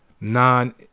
non